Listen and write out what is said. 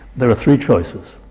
there are three choices.